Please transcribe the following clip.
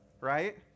right